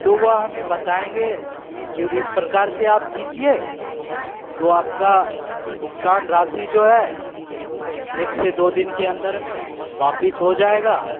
तो वो हमें बताएँगें कि इस परकार से आप कीजिए तो आपका भुगतान राशि जो है एक से दो दिन के अंदर में वापस हो जाएगा